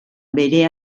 bere